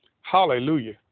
Hallelujah